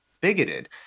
bigoted